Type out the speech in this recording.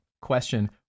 Question